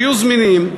שיהיו זמינים,